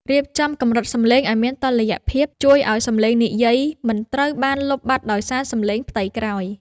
រៀបចំកម្រិតសំឡេងឱ្យមានតុល្យភាពជួយឱ្យសំឡេងនិយាយមិនត្រូវបានលុបបាត់ដោយសារតន្ត្រីផ្ទៃក្រោយ។